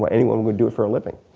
but anyone would do it for a living.